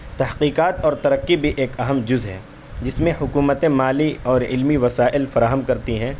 تحقیقات اور ترقی بھی ایک اہم جز ہے جس میں حکومتیں مالی اور علمی وسائل فراہم کرتی ہیں